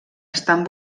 estan